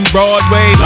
Broadway